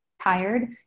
tired